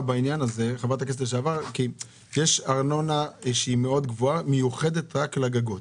בעניין הזה כי יש ארנונה גבוהה מאוד שמיוחדת רק לגגות.